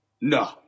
No